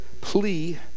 plea